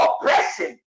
oppression